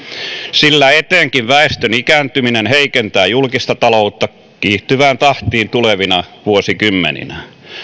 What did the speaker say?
sillä etenkin väestön ikääntyminen heikentää julkista taloutta kiihtyvään tahtiin tulevina vuosikymmeninä